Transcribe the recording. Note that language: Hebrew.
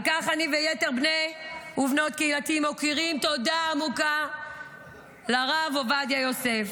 על כך אני ויתר בני ובנות קהילתי מכירים תודה עמוקה לרב עובדיה יוסף,